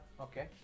Okay